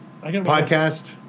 Podcast